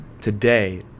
today